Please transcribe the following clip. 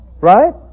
Right